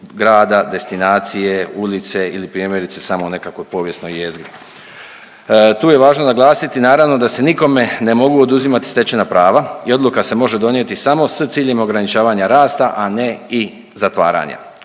grada, destinacije, ulice ili primjerice samo nekakvoj povijesnoj jezgri. Tu je važno naglasiti naravno da se nikome ne mogu oduzimati stečena prava i odluka se može donijeti samo s ciljem ograničavanja rasta, a ne i zatvaranja.